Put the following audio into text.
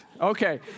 Okay